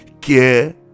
care